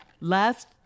Last